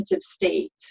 state